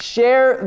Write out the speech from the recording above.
Share